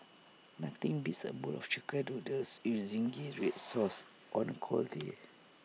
nothing beats A bowl of Chicken Noodles you Zingy Red Sauce on A cold day